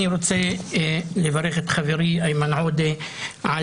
אני רוצה לברך את חברי איימן עודה על